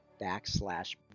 backslash